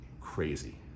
crazy